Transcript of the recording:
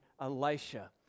Elisha